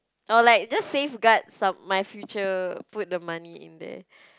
or like just safeguard some my future put the money in there